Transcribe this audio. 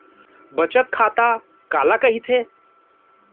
बचत खाता काला कहिथे?